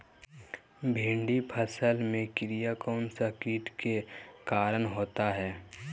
भिंडी फल में किया कौन सा किट के कारण होता है?